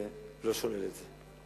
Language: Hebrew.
אני לא שולל את זה.